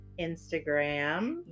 Instagram